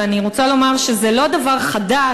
ואני רוצה לומר שזה לא דבר חדש,